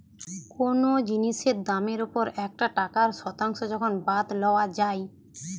কোনো জিনিসের দামের ওপর একটা টাকার শতাংশ যখন বাদ লওয়া যাই